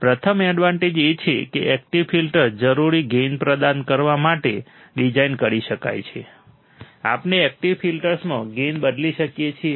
પ્રથમ એડવાન્ટેજ એ છે કે એકટીવ ફિલ્ટર્સ જરૂરી ગેઇન પ્રદાન કરવા માટે ડિઝાઇન કરી શકાય છે આપણે એકટીવ ફિલ્ટર્સમાં ગેઇન બદલી શકીએ છીએ